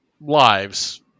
lives